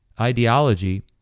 ideology